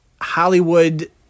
Hollywood